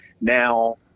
now